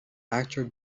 actor